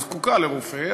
היא זקוקה לרופא,